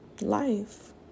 life